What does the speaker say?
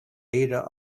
leader